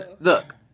Look